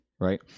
Right